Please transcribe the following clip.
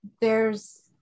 there's-